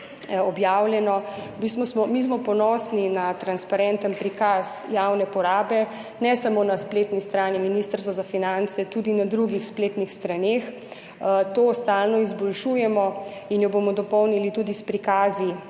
objavljeno. V bistvu smo ponosni na transparenten prikaz javne porabe, ne samo na spletni strani Ministrstva za finance, tudi na drugih spletnih straneh. To stalno izboljšujemo in jo bomo dopolnili tudi s prikazi